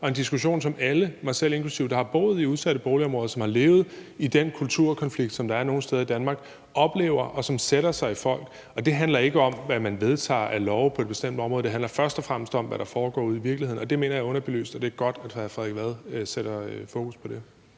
og en diskussion, som alle, mig selv inklusive, der har boet i udsatte boligområder, og som har levet i den kulturkonflikt, der er nogle steder i Danmark, oplever, og som sætter sig i folk. Og det handler ikke om, hvad man vedtager af love på et bestemt område, men det handler først og fremmest om, hvad der foregår ude i virkeligheden, og det mener jeg er underbelyst, og det er godt, at hr. Frederik Vad sætter fokus på det.